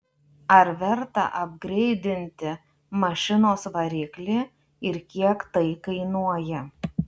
ar verta apgreidinti mašinos variklį ir kiek tai kainuoja